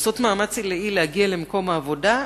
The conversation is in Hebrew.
להגיע למקום העבודה,